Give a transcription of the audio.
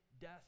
death